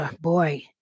Boy